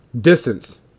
distance